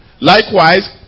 Likewise